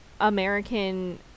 American